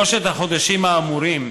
שלושת החודשים האמורים